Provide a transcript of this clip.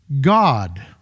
God